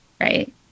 Right